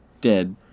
dead